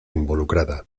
involucrada